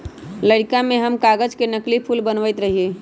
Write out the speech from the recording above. लइरका में हम कागज से नकली फूल बनबैत रहियइ